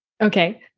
Okay